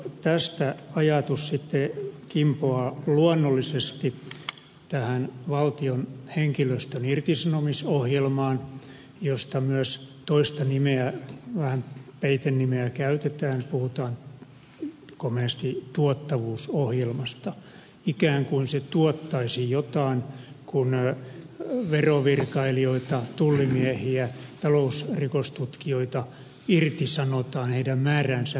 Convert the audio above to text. tästä ajatus sitten kimpoaa luonnollisesti valtion henkilöstön irtisanomisohjelmaan josta vähän myös toista peitenimeä käytetään puhutaan komeasti tuottavuusohjelmasta ikään kuin se tuottaisi jotain kun verovirkailijoita tullimiehiä talousrikostutkijoita irtisanotaan heidän määräänsä vähennetään